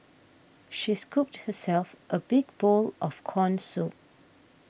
she scooped herself a big bowl of Corn Soup